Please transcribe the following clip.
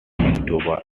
manitoba